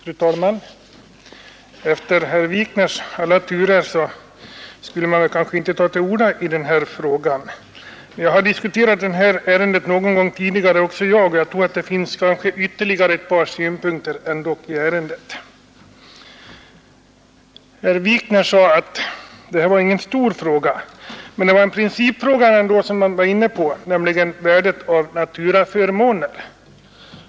Fru talman! Efter herr Wikners alla turer skulle man kanske inte ta till orda i den här frågan. Men också jag har diskuterat den någon gång tidigare, och det finns ytterligare ett par synpunkter på ärendet. Herr Wikner sade att detta inte var någon stor sak. Men herr Wikner såg detta ärende som en principiell fråga, nämligen värdet av naturaförmåner.